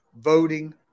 voting